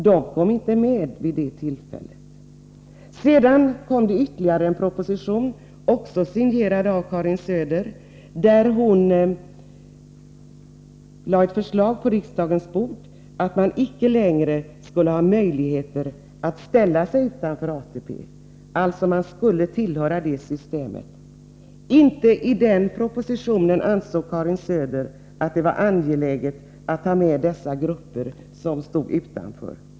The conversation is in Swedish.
De kom inte med vid det tillfället. Sedan kom ytterligare en proposition, också den signerad av Karin Söder. Ett förslag lades på riksdagens bord om att man icke längre skulle ha möjligheter att ställa sig utanför ATP. Man skulle alltså tillhöra det systemet. Karin Söder ansåg inte att det i den propositionen var angeläget att ta med de grupper som stod utanför.